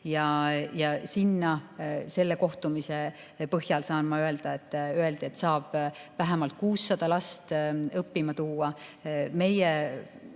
tööd ja selle kohtumise põhjal saan ma öelda, et sinna saab vähemalt 600 last õppima tuua.